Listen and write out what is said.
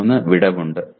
3 വിടവ് ഉണ്ട്